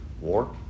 War